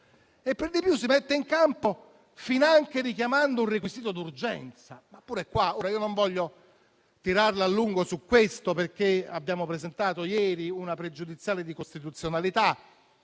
Per di più, la si mette in campo finanche richiamando un requisito d'urgenza. Ora, non voglio tirarla a lungo su questo, perché abbiamo presentato ieri una questione pregiudiziale di costituzionalità